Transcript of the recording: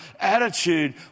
attitude